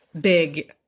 big